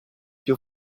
più